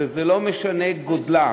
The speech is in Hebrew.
וזה לא משנה גודלה,